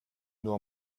nur